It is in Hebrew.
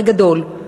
בגדול,